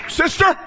sister